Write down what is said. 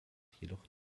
jedoch